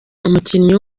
umukinnyi